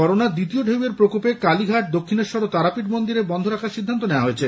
corona দ্বিতীয় ঢেউয়ের প্রকোপে কালীঘাট দক্ষিণেশ্বর ও তারাপীঠ মন্দির বন্ধ রাখার সিদ্ধান্ত নেওয়া হয়েছে